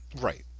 Right